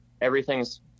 everything's